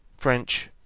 french,